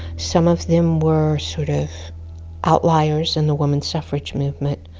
some of them were sort of outliers in the woman suffrage movement.